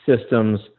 systems